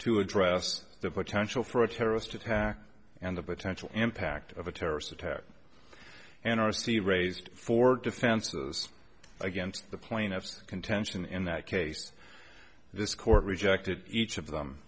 to address the potential for a terrorist attack and the potential impact of a terrorist attack and or see raised for defenses against the plaintiffs contention in that case this court rejected each of them